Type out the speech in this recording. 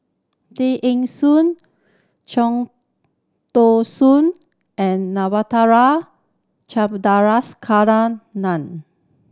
Tay Eng Soon Tao Soon and